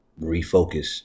refocus